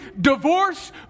divorce